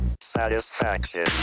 satisfaction